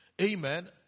amen